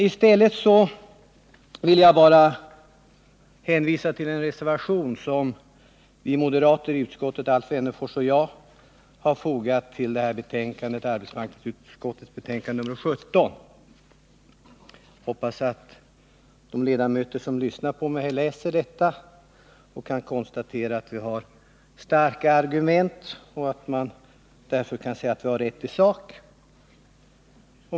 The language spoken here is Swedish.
I stället vill jag hänvisa till en reservation som vi moderater i utskottet, Alf Wennerfors och jag, har fogat till arbetsmarknadsutskottets betänkande nr 17. Jag hoppas att de ledamöter som lyssnar på mig läser reservationen så att de kan konstatera att vi har starka argument och att man därför kan säga att vi har rätt i sak.